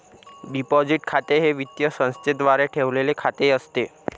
deposit खाते हे वित्तीय संस्थेद्वारे ठेवलेले बँक खाते असते